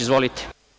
Izvolite.